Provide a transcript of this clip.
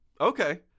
okay